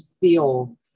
feel